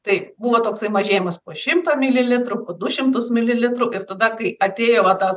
taip buvo toksai mažėjimas po šimtą mililitrų du šimtus mililitrų ir tada kai atėjo va tas